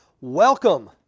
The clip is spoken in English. Welcome